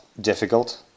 difficult